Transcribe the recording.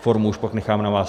Formu už pak nechám na vás.